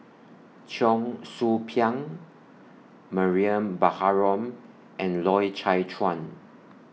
Cheong Soo Pieng Mariam Baharom and Loy Chye Chuan